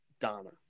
Donna